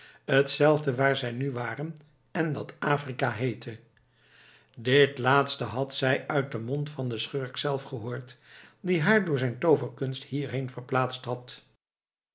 zelfde waar zij nu waren en dat afrika heette dit laatste had zij uit den mond van den schurk zelf gehoord die haar door zijn tooverkunst hierheen verplaatst had